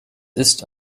ist